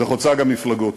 וחוצה גם מפלגות.